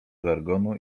żargonu